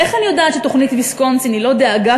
איך אני יודעת שתוכנית ויסקונסין היא לא דאגה